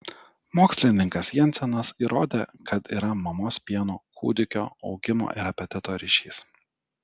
mokslininkas jensenas įrodė kad yra mamos pieno kūdikio augimo ir apetito ryšys